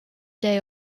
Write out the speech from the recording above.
day